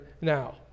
now